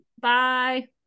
Bye